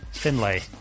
Finlay